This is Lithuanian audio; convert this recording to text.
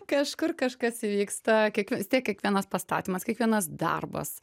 kažkur kažkas vyksta kiek vis tiek kiekvienas pastatymas kiekvienas darbas